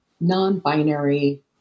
non-binary